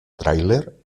tràiler